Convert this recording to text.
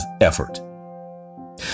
effort